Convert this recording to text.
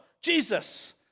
Jesus